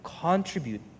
contribute